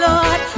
Lord